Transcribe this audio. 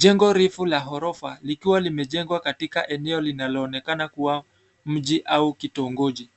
Jengo refu la ghorofa likiwa limejengwa katika eneo linaloonekana kuwa mji au kitongoji.